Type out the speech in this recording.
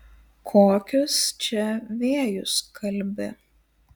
kokius čia vėjus kalbi